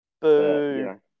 Boom